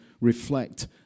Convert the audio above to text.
reflect